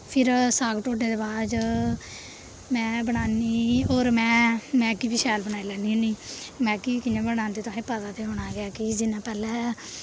फिर साग ढोडे दे बाद च में बनान्नीं होर में मैग्गी बी शैल बनाई लैन्नी होन्नीं मैग्गी कि'यां बनांदे तुसें गी पता ते होना गै ऐ कि जि'यां पैह्लें